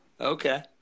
Okay